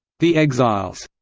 the exiles,